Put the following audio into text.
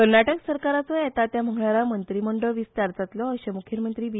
कर्नाटक सरकाराचो येता त्या मंगळारा मंत्रीमंडळ विस्तार जातलो असे मुखेलमंत्री बी